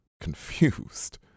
confused